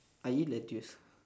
I eat lettuce